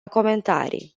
comentarii